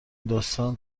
داستان